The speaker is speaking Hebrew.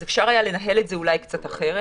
אז אפשר היה לנהל את זה אולי קצת אחרת.